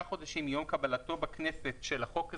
חודשים מיום קבלתו בכנסת של החוק הזה,